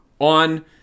on